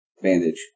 Bandage